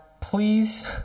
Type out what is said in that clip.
please